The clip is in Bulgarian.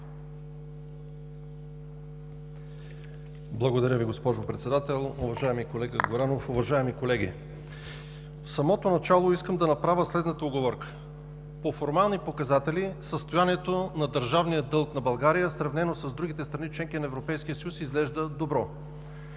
Благодаря Ви, госпожо Председател. Уважаеми колега Горанов, уважаеми колеги! В самото начало искам да направя следната уговорка. По формални показатели състоянието на държавния дълг на България, сравнено с другите страни – членки на Европейския съюз, изглежда добро.